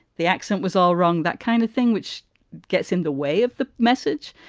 the accent was all wrong, that kind of thing, which gets in the way of the message.